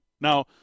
Now